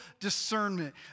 discernment